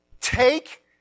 take